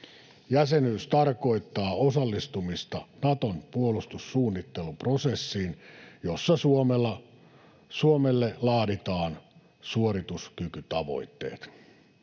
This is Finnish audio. Jäsenyys tarkoittaa osallistumista Naton puolustussuunnitteluprosessiin, jossa Suomelle laaditaan suorituskykytavoitteet.